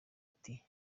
ati